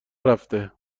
رفته